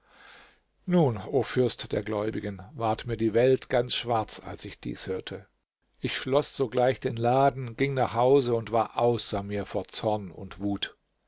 nun o fürst der gläubigen ward mir die welt ganz schwarz als ich dies hörte ich schloß sogleich den laden ging nach hause und war außer mir vor zorn und wut